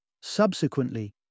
Subsequently